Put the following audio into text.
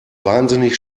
wahnsinnig